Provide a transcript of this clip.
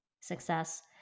success